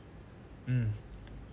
mm